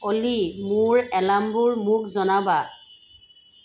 অ'লি মোৰ এলাৰ্মবোৰ মোক জানাবা